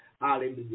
Hallelujah